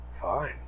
Fine